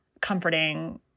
comforting